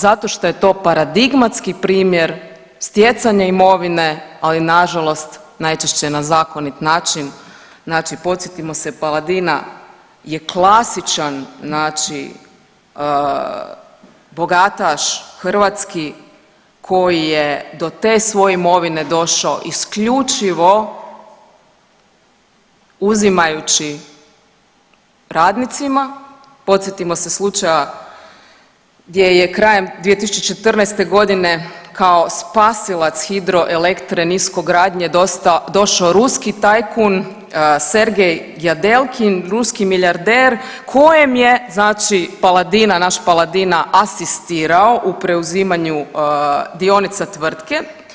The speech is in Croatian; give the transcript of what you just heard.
Zato što je to paradigmatski primjer stjecanja imovine, ali nažalost najčešće na zakonit način, znači podsjetimo se Paladina je klasičan znači bogataš hrvatski koji je do te svoje imovine došao isključivo uzimajući radnicima, podsjetimo se slučaja gdje je krajem 2014.g. kao spasilac Hidroelektre niskogradnje došao ruski tajkun Sergej Gljadelkin ruski milijarder kojem je znači Paladina, naš Paladina asistirao i preuzimanju dionica tvrtke.